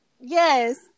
Yes